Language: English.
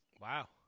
Wow